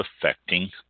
affecting